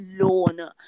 alone